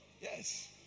Yes